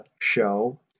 show